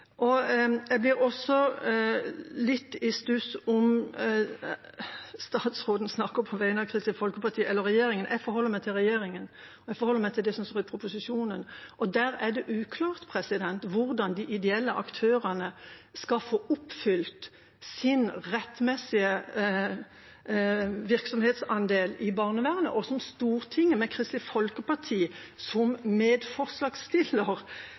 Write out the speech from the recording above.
Jeg blir også litt i stuss om statsråden snakker på vegne av Kristelig Folkeparti eller på vegne av regjeringa. Jeg forholder meg til regjeringa. Jeg forholder meg til det som står i proposisjonen, og der er det uklart hvordan de ideelle aktørene skal få oppfylt sin rettmessige virksomhetsandel i barnevernet, og som Stortinget med Kristelig Folkeparti som medforslagsstiller,